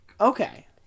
Okay